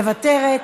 מוותרת,